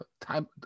time